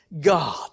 God